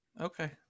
Okay